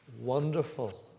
Wonderful